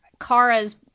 Kara's